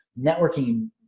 networking